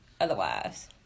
otherwise